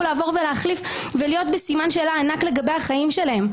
לעבור ולהחליף ולהיות בסימן שאלה ענק לגבי החיים שלהם.